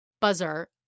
buzzer